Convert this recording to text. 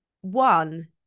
One